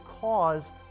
cause